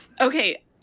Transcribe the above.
okay